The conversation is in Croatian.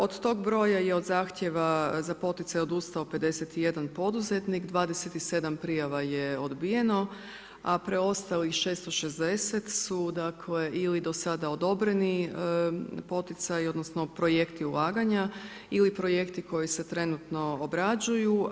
Od tog broja je od zahtjeva za poticaj odustao 51 poduzetnik, 27 prijava je odbijeno, a preostalih 660 su dakle ili do sada odobreni poticaji, odnosno projekti ulaganja ili projekti koji se trenutno obrađuju.